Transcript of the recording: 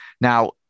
Now